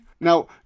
now